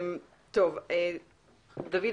דוד,